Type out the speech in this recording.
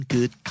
Good